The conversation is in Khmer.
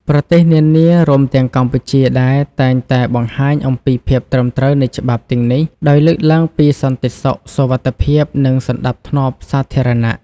ប្រទេសនានា រួមទាំងកម្ពុជាដែរតែងតែបង្ហាញអំពីភាពត្រឹមត្រូវនៃច្បាប់ទាំងនេះដោយលើកឡើងពីសន្តិសុខ សុវត្ថិភាព និងសណ្តាប់ធ្នាប់សាធារណៈ